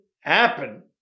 happen